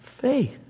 faith